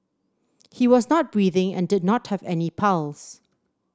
he was not breathing and did not have any pulse